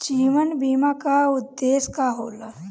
जीवन बीमा का उदेस्य का होला?